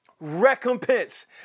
recompense